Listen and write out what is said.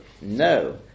No